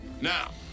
Now